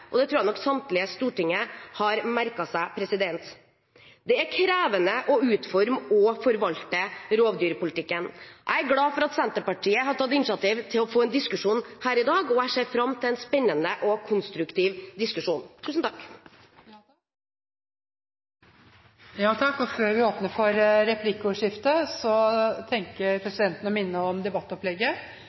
og det tror jeg nok samtlige i Stortinget har merket seg. Det er krevende å utforme og forvalte rovdyrpolitikken. Jeg er glad for at Senterpartiet har tatt initiativ til å få en diskusjon her i dag, og jeg ser fram til en spennende og konstruktiv diskusjon. Det blir åpnet for replikkordskifte. Ifølge rovviltforliket punkt 2.2.10 og 2.2.12 er lisensfelling hovedvirkemiddelet for